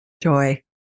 Joy